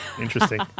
Interesting